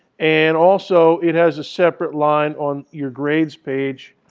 and also, it has a separate line on your grades page